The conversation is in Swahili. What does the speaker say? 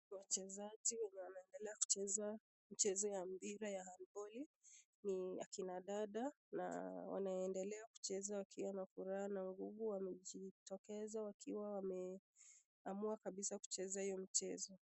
Wachezaji wenye wameendelea kucheza mchezo ya mpira ya handboli ,ni akina dada na wanaendelea kucheza wakiwa na furaha na nguvu, wamejitokeza wakiwa wameamua kabisa kucheza hiyo mchezo.